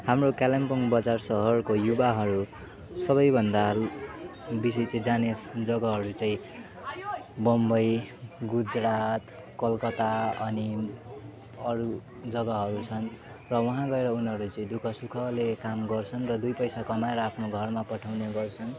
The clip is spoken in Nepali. हाम्रो कालिम्पोङ बजार सहरको युवाहरू सबैभन्दा बेसी चाहिँ जाने जग्गाहरू चाहिँ बम्बई गुजरात कलकता अनि अरू जग्गाहरू छन् र उहाँ गएर उनीहरू चाहिँ दुःख सुखले काम गर्छन् र दुई पैसा कमाएर आफ्नो घरमा पठाउने गर्छन्